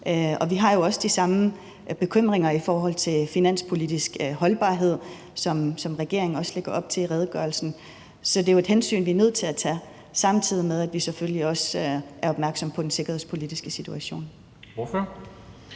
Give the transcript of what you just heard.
Vi har jo også de samme bekymringer i forhold til finanspolitisk holdbarhed, som regeringen også lægger op til i redegørelsen. Så det er et hensyn, vi er nødt til at tage, samtidig med at vi selvfølgelig også er opmærksomme på den sikkerhedspolitiske situation.